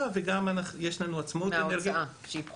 וגם יש לנו עצמאות -- וההוצאה שהיא פחותה.